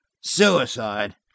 Suicide